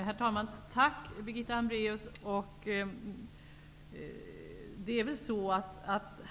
Herr talman! Jag tackar Birgitta Hambraeus.